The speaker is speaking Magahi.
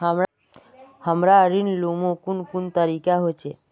हमरा ऋण लुमू कुन कुन तरीका होचे?